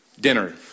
dinner